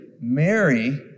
Mary